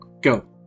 go